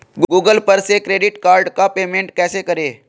Google पर से credit card का पेमेंट कैसे करें?